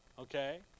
Okay